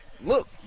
look